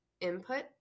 input